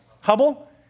Hubble